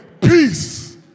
peace